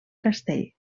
castell